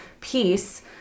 peace